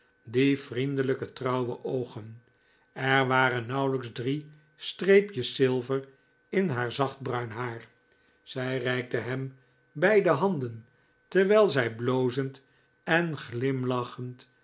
vriendelijke trouwe oogen er waren nauwelijks drie streepjes zilver in haar zacht bruin haar zij reikte hem beide handen terwijl zij blozend en glimlachend